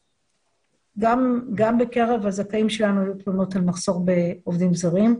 גם בקרב הזכאים שלנו היו תלונות על מחסור בעובדים זרים.